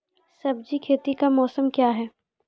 सब्जी खेती का मौसम क्या हैं?